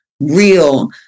real